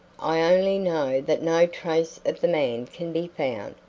i only know that no trace of the man can be found.